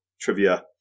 trivia